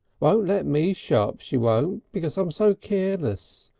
won't let me shop, she won't, because i'm so keerless.